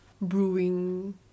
brewing